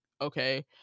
okay